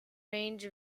range